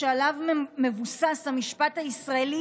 שעליו מבוסס המשפט הישראלי,